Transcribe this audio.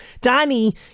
Danny